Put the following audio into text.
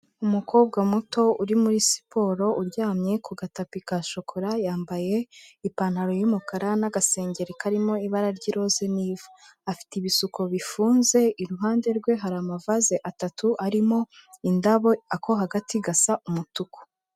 Umukobwa muto uri muri siporo uryamye ku gatapi ka shokora, yambaye ipantaro y'umukara n'agasengeri karimo ibara ry'iroze n'ivu, afite ibisuko bifunze iruhande rwe hari amavaze atatu arimo, indabo ako hagati gasa umutuku.